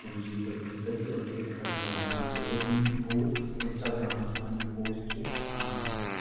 उन जी व सजी अपडेट्स रखंदो आहियां छो जो हुन हू इंस्टाग्राम ते पंहिंजी पोस्ट खां